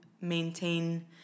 maintain